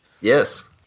Yes